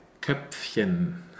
Köpfchen